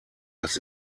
das